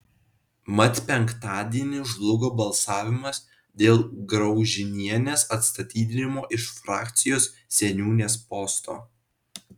mat penktadienį žlugo balsavimas dėl graužinienės atstatydinimo iš frakcijos seniūnės posto